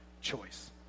choice